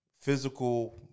physical